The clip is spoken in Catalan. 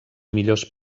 millors